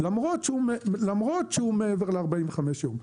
למרות שהוא מעבר ל-45 ימים.